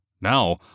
Now